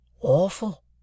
Awful